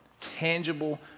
tangible